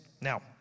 Now